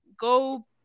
Go